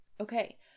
Okay